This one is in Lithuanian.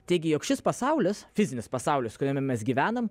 teigė jog šis pasaulis fizinis pasaulis kuriame mes gyvenam